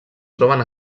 troben